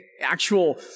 Actual